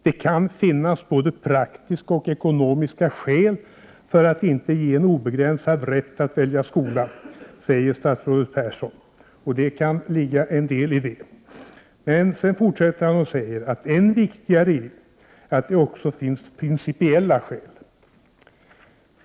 Det kan finnas både praktiska och ekonomiska skäl för att inte ge en obegränsad rätt att välja skola, säger statsrådet Persson. Det kan ligga en del idet. Men sedan fortsätter han och säger att än viktigare är att det också finns principiella skäl.